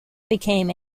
became